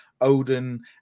Odin